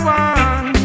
one